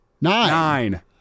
Nine